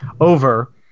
over